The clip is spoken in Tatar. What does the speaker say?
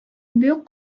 бик